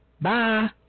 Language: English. Bye